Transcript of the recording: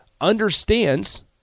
understands